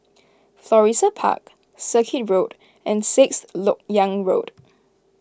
Florissa Park Circuit Road and Sixth Lok Yang Road